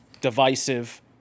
divisive